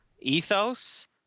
ethos